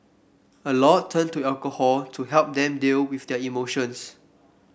a lot turn to alcohol to help them deal with their emotions